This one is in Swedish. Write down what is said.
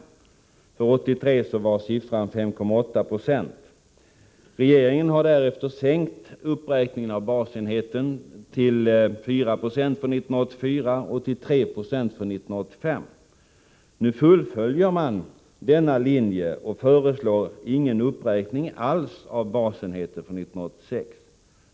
För 1983 var siffran 5,8 20. Regeringen har därefter sänkt uppräkningen av basenheten till 4 96 för 1984 och till 3 26 för 1985. Nu fullföljer man denna linje och föreslår ingen uppräkning alls av basenheten för 1986.